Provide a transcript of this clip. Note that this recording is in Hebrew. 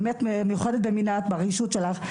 באמת מיוחדת במינה ברגישות שלך,